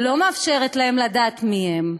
לא מאפשרת להם לדעת מיהם?